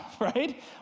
right